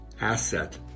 asset